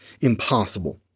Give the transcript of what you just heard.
Impossible